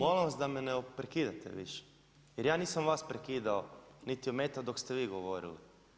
Molim vas da me ne prekidate više jer ja nisam vas prekidao niti ometao dok ste vi govorili.